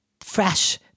fresh